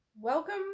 Welcome